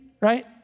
right